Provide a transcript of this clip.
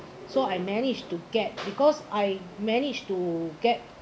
so I managed to get because I managed to get